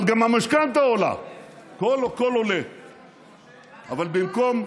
אבל גם המשכנתה עולה.